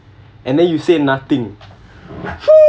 and then you say nothing